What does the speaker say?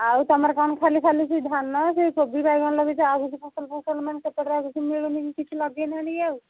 ଆଉ ତମର କଣ ଖାଲି ସେଇ ଧାନ ସେଇ କୋବି ବାଇଗଣ ଆଉ କିଛି ଫସଲ ଫସଲ ମାନେ ସେପଟରେ ଆଉ କିଛି ମିଳେନିକି କିଛି ଲଗେଇ ନାହାନ୍ତି କି ଆଉ